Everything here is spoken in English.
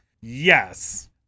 Yes